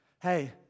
Hey